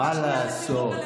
מה לעשות.